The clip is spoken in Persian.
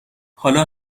حالا